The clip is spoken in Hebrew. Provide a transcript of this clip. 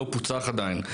לא פוצח עדיין,